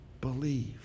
believe